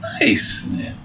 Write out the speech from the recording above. Nice